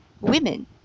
women